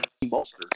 Bolster